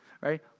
right